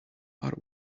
are